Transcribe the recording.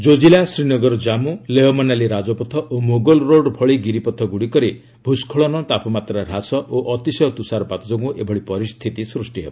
ଜୋଜିଲା ଶ୍ରୀନଗର ଜାମ୍ପୁ ଲେହ ମନାଲି ରାଜପଥ ଓ ମୋଗଲରୋଡ ଭଳି ଗିରିପଥଗୁଡ଼ିକରେ ଭୂସ୍କଳନ ତାପମାତ୍ରା ହ୍ରାସ ଓ ଅତିଶୟ ତୁଷାରପାତ ଯୋଗୁଁ ଏଭଳି ପରିସ୍ଥିତି ସୃଷ୍ଟି ହେବ